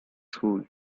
school